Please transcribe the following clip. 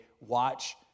watch